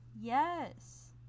Yes